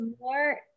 more